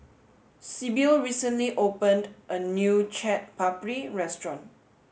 Sibyl recently opened a new Chaat Papri restaurant